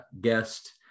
guest